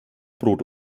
brot